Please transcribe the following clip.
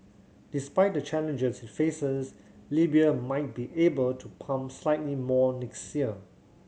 despite the challenges it faces Libya might be able to pump slightly more next year